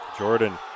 Jordan